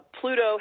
Pluto